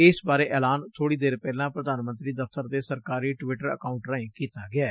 ਇਸ ਬਾਰੇ ਐਲਾਨ ਬੋੜੀ ਦੇਰ ਪਹਿਲਾਂ ਪੁਧਾਨ ਮੰਤਰੀ ਦਫ਼ਤਰ ਦੇ ਸਰਕਾਰੀ ਟਵਿੱਟਰ ਅਕਾਉਂਟ ਰਾਹੀਂ ਕੀਤਾ ਗਿਐ